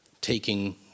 taking